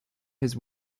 his